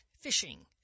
fishing